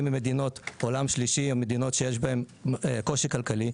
ממדינות עולם שלישי או מדינות שיש בהן קושי כלכלי,